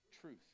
Truth